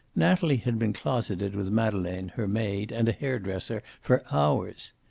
natalie had been closeted with madeleine, her maid, and a hair-dresser, for hours.